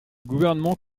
gouvernement